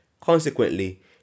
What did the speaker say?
Consequently